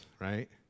right